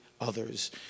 others